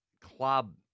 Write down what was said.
club